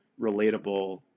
relatable